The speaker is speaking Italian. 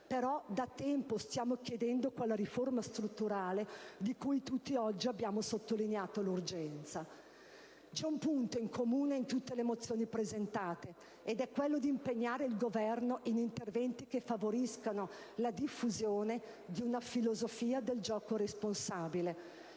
però, da tempo stiamo chiedendo quella riforma strutturale di cui tutti oggi abbiamo sottolineato l'urgenza. C'è un punto in comune in tutte le mozioni presentate ed è quello di impegnare il Governo in interventi che favoriscano la diffusione di una filosofia del gioco responsabile.